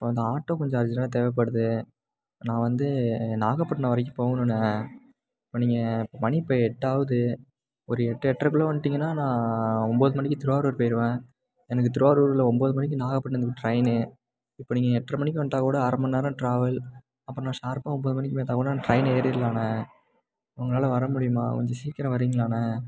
வந்து ஆட்டோ கொஞ்சம் அர்ஜெண்ட்டாக தேவைப்படுது நான் வந்து நாகப்பட்டினம் வரைக்கும் போகணும்ண்ணா இப்போ நீங்கள் மணி இப்போ எட்டாகுது ஒரு எட்டு எட்ரைக்குள்ள வந்துட்டிங்கனா நான் ஒம்பது மணிக்கு திருவாரூர் போயிடுவேன் எனக்கு திருவாரூரில் ஒம்பது மணிக்கு நாகப்பட்டினத்துக்கு ட்ரெயின்னு இப்போ நீங்கள் எட்ரை மணிக்கு வந்துட்டா கூட அரை மணி நேரம் ட்ராவல் அப்புறம் நான் ஷார்ப்பாக ஒம்பது மணிக்கு போய்விட்டா கூட ட்ரெயின் ஏறிடலாம்ண்ண உங்களால் வரமுடியுமா கொஞ்சம் சீக்கிரம் வரீங்களாண்ண